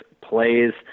plays